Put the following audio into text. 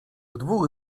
dwóch